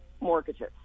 mortgages